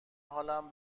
حالم